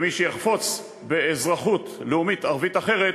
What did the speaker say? ומי שיחפוץ באזרחות לאומית ערבית אחרת,